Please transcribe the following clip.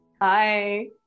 Hi